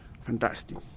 Fantastic